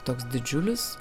toks didžiulis